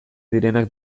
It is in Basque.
direnak